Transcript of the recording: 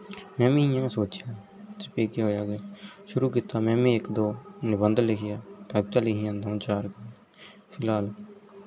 में मी इ'यां सोचेया फिर केह् होया के शुरू कीता में मी इक दो निबंध लिखेया कवता लिखियां दो चार फिलहाल